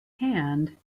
hand